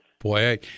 Boy